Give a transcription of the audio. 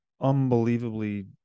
unbelievably